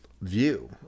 View